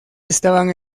estaban